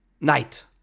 night